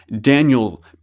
Daniel